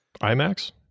IMAX